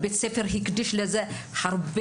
ובית הספר הקדיש לזה הרבה.